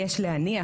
יש להניח,